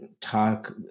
talk